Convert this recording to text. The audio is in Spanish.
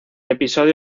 episodio